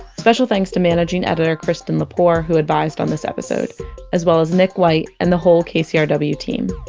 special thanks to managing editor kristen lepore who advised on this episode as well as nick white and the whole kcrw yeah and but team